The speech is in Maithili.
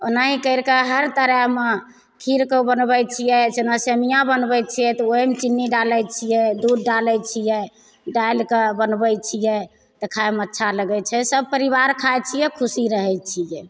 ओनाही करिके हर तरहमे खीरके बनबैत छियै सेमिया बनबैत छियै तऽ ओहिमे चीन्नी डालैत छियै दूध डालैत छियै डालिके बनबैत छियै तऽ खाएमे अच्छा लगैत छै सब परिबार खाइत छियै खुशी रहैत छियै